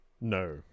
No